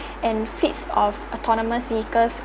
and fits of autonomous vehicle